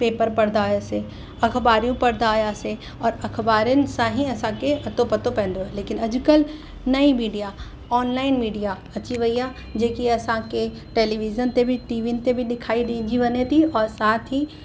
paper पढ़ंदा हुयासीं अखबारियूं पढ़ंदा हुयासीं और अखबारियुनि सां ई असांखे अतो पतो पवंदो आहे लेकिन अॼुकल्ह नई मीडिया ऑनलाइन मीडिया अची वई आहे जेकी असांखे टैलीविज़न ते बि टीवियुनि ते बि ॾेखारी ॾिनी वञे थी और साथ ई